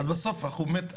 אז בסוף אנחנו באמת,